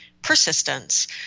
persistence